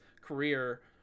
career